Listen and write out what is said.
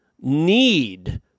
need